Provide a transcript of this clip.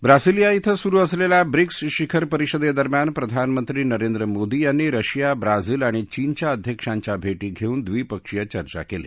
Brasilia इथं सुरु असलेल्या ब्रिक्स शिखर परिषदेदरम्यान प्रधानमंत्री नरेंद्र मोदी यांनी रशिया ब्राझील आणि चीनच्या अध्यक्षांच्या भेटी घेऊन ड्रिपक्षीय चर्चा केली